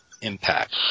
impact